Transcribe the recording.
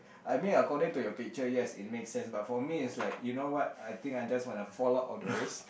I mean according to your picture yes it makes sense but for me it's like you know what I think I just wanna fall out of the race